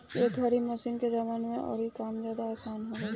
एह घरी मशीन के जमाना में दउरी के काम ज्यादे आसन हो गईल बा